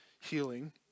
healing